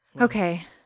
Okay